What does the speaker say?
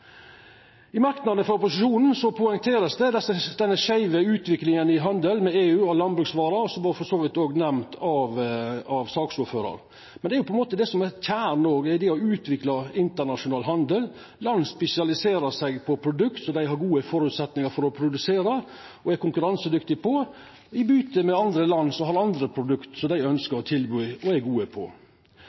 I merknadene frå opposisjonen vert den skeive utviklinga i handelen med landbruksvarer frå EU poengtert, noko som vart nemnt av saksordføraren. Men det er det som er kjernen i det å utvikla internasjonal handel. Land spesialiserer seg på produkt som dei har gode føresetnader for å produsera og er konkurransedyktige på, i byte med andre produkt frå andre land, som dei ønskjer å tilby og er gode på.